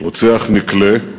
רוצח נקלה,